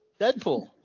Deadpool